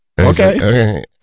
Okay